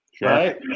Right